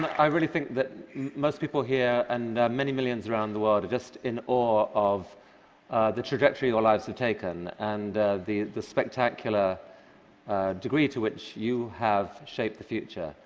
i really think that most people here and many millions around the world are just in awe of the trajectory your lives have taken and the the spectacular degree to which you have shaped the future.